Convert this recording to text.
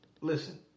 Listen